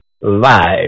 live